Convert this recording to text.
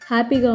Happy